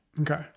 okay